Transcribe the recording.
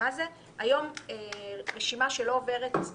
היום רשימה שלא עוברת את